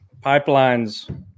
pipelines